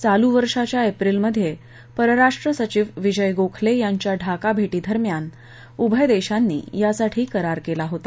चालू वर्षाच्या एप्रिलमध्ये परराष्ट्र सचिव विजय गोखले यांच्या ढाका भेटी दरम्यान उभय देशांनी यासाठी करार केला होता